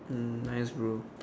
mm nice bro